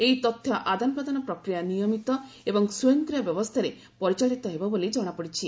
ଏହି ତଥ୍ୟ ଆଦାନ ପ୍ରଦାନ ପ୍ରକ୍ରିୟା ନିୟମିତ ଏବଂ ସ୍ୱୟଂକ୍ରିୟ ବ୍ୟବସ୍ଥାରେ ପରିଚାଳିତ ହେବ ବୋଲି କ୍ଷଣାପଡ଼ିଛି